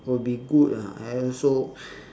will be good ah and also